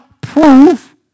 proof